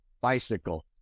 bicycle